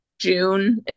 June